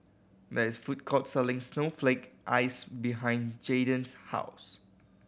there is a food court selling snowflake ice behind Jaiden's house